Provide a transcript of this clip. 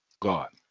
God